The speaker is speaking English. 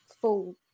full